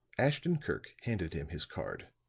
ashton-kirk handed him his card.